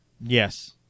Yes